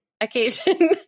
occasion